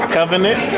Covenant